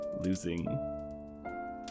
Losing